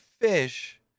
Fish